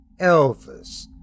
Elvis